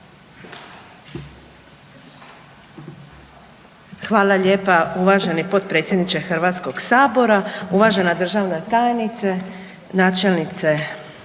Hvala lijepa. Uvaženi potpredsjedniče HS-a, uvažena državna tajnice, načelnice